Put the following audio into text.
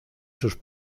sus